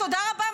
תודה רבה,